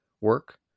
work